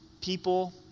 people